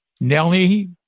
Nellie